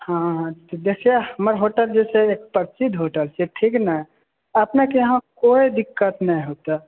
विशेष मे जे होटल छै प्रसिद्ध होटल छै ठीक ने अपने के यहाँ कोइ दिक्कत नहि हेतै